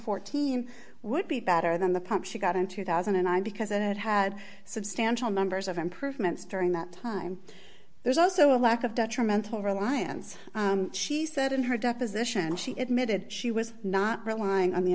fourteen would be better than the pump she got in two thousand and i because it had had substantial numbers of improvements during that time there's also a lack of detrimental reliance she said in her deposition she admitted she was not relying on the